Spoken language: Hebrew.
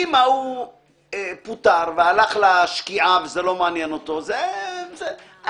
אם ההוא פוטר וזה לא מעניין אותו משהו אחר.